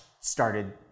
started